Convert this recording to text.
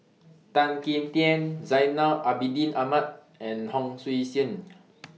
Tan Kim Tian Zainal Abidin Ahmad and Hon Sui Sen